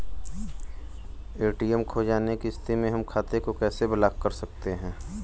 ATM खो जाने की स्थिति में हम खाते को कैसे ब्लॉक कर सकते हैं?